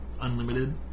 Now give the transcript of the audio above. unlimited